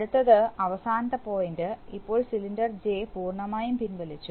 അടുത്തത് അവസാന പോയിന്റ് ഇപ്പോൾ സിലിണ്ടർ ജെ പൂർണ്ണമായും പിൻവലിച്ചു